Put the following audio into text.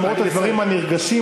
למרות הדברים הנרגשים,